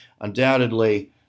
undoubtedly